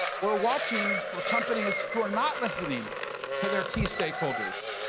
we're watching for companies who are not listening to their key stakeholders,